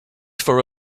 for